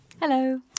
Hello